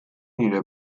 nire